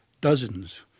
dozens